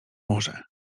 może